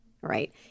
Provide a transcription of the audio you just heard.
right